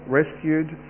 rescued